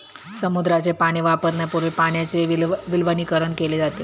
समुद्राचे पाणी वापरण्यापूर्वी पाण्याचे विलवणीकरण केले जाते